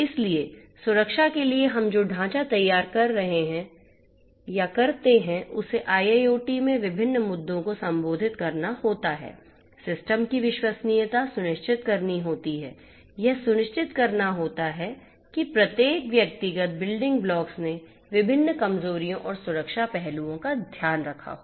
इसलिए सुरक्षा के लिए हम जो ढांचा तैयार करते हैं उसे IIoT में विभिन्न मुद्दों को संबोधित करना होता है सिस्टम की विश्वसनीयता सुनिश्चित करनी होती है यह सुनिश्चित करना होता है कि प्रत्येक व्यक्तिगत बिल्डिंग ब्लॉक्स ने विभिन्न कमजोरियों और सुरक्षा पहलुओं का ध्यान रखा हो